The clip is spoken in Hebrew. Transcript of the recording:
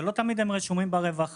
שלא תמיד הם רשומים ברווחה.